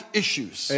issues